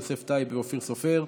יוסף טייב ואופיר סופר.